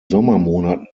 sommermonaten